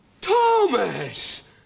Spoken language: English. Thomas